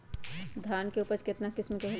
धान के उपज केतना किस्म के होला?